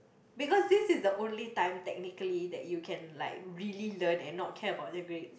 because this is the only time technically that you can like really learn and not care about the grade